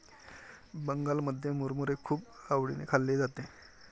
बंगालमध्ये मुरमुरे खूप आवडीने खाल्ले जाते